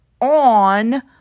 on